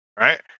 right